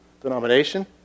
denomination